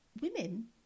women